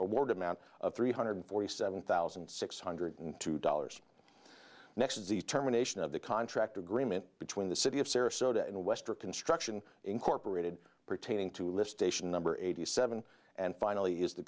award amount of three hundred forty seven thousand six hundred two dollars next determination of the contract agreement between the city of sarasota and west or construction incorporated pertaining to list station number eighty seven and finally is the